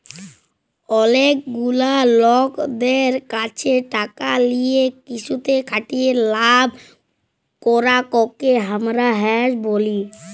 অলেক গুলা লকদের ক্যাছে টাকা লিয়ে কিসুতে খাটিয়ে লাভ করাককে হামরা হেজ ব্যলি